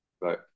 Right